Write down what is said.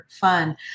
fun